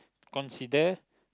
consider